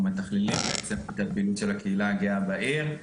אנחנו בעצם מתכללים את הפעילות של הקהילה הגאה בעיר.